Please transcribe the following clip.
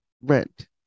rent